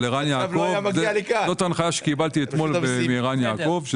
אבל כשדיברתי עם ערן יעקב,